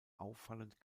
auffallend